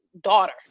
daughter